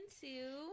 two